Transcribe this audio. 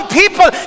people